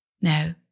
No